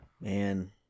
Man